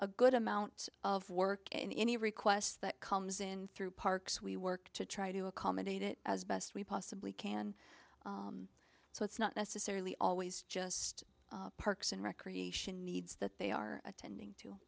a good amount of work in any requests that comes in through parks we work to try to accommodate it as best we possibly can so it's not necessarily always just parks and recreation needs that they are attending t